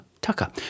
Tucker